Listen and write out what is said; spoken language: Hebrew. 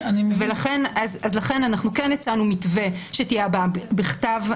אז לכן אנחנו הצענו מתווה שתהיה הבעה בכתב,